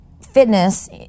fitness